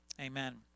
Amen